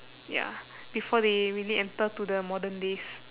ya before they really enter to the modern days